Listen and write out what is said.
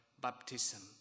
baptism